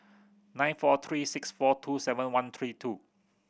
nine four three six four two seven one three two